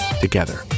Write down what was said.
together